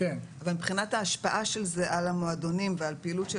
אבל מבחינת ההשפעה של זה על המועדונים ועל פעילות של